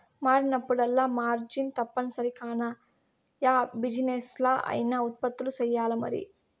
మారినప్పుడల్లా మార్జిన్ తప్పనిసరి కాన, యా బిజినెస్లా అయినా ఉత్పత్తులు సెయ్యాల్లమరి